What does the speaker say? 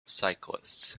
cyclists